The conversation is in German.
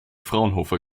fraunhofer